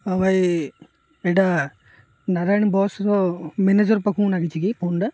ହଁ ଭାଇ ଏଇଟା ନାରାୟଣ ବସ୍ର ମ୍ୟାନେଜର ପାଖକୁ ଲାଗିଛି କି ଫୋନ୍ଟା